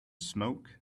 smoke